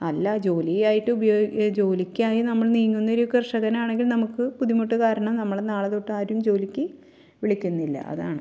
അല്ല ജോലിയായിട്ട് ജോലിക്കായി നമ്മൾ നീങ്ങുന്നൊരു കർഷകനാണെങ്കിൽ നമുക്ക് ബുദ്ധിമുട്ട് കാരണം നമ്മളെ നാളെ തൊട്ട് ആരും ജോലിക്ക് വിളിക്കുന്നില്ല അതാണ്